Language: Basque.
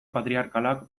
patriarkalak